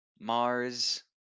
Mars